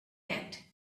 yet